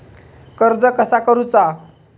कर्ज कसा करूचा?